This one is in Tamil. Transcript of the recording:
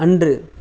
அன்று